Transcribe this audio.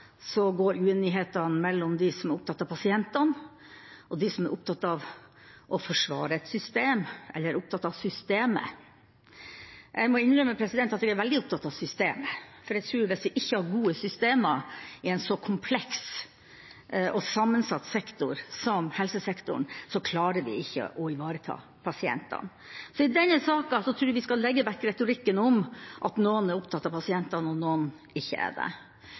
så kompleks og sammensatt sektor som helsesektoren, klarer vi ikke å ivareta pasientene. Så i denne saken tror jeg vi skal legge vekk retorikken om at noen er opptatt av pasientene og noen ikke er det.